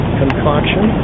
concoction